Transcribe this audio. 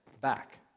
back